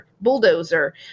bulldozer